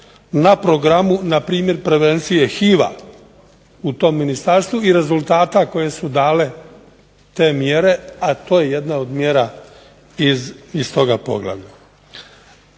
na programu npr. prevencije HIV-a u tom ministarstvu i rezultata koje su dale te mjere, a to je jedna od mjera iz toga poglavlja.